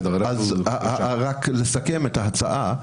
רק לסכם את ההצעה.